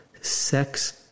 sex